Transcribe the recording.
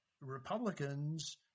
Republicans